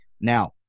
Now